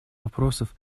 вопросов